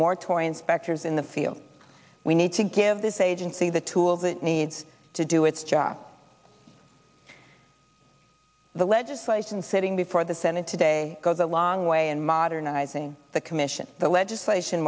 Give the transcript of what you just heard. inspectors in the field we need to give this agency the tools it needs to do its job the legislation sitting before the senate today goes a long way in modernizing the commission the legislation